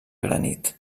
granit